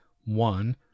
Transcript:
One